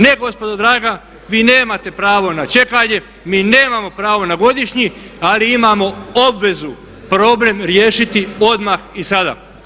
Ne, gospodo draga, vi nemate pravo na čekanje mi nemamo pravo na godišnji ali imamo obvezu problem riješiti odmah i sada.